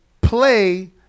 play